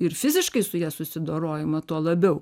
ir fiziškai su ja susidorojama tuo labiau